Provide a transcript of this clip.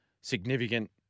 significant